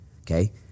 okay